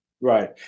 Right